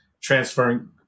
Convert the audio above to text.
transferring